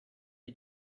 you